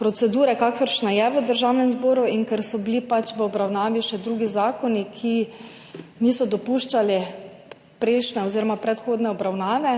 procedure, kakršna je v Državnem zboru, in ker so bili pač v obravnavi še drugi zakoni, ki niso dopuščali prejšnje oziroma predhodne obravnave,